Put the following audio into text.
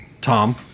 Tom